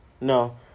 No